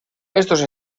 estos